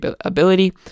ability